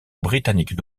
britanniques